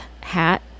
hat